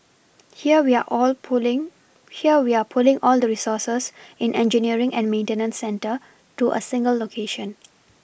here we are all pulling here we are pulling all the resources in engineering and maintenance centre to a single location